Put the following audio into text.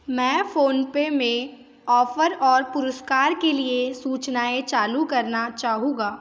मैं फ़ोनपे में ऑफ़र और पुरस्कार के लिए सूचनाएँ चालू करना चाहूँगा